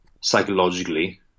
Psychologically